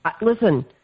Listen